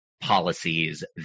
policies